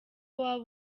waba